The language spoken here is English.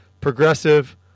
progressive